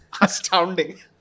Astounding